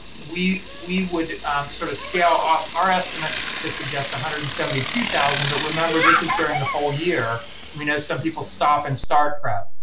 we we would sort of scale up our estimate to suggest one hundred and seventy two thousand, but remember this is during the whole year we know some people stop and start prep.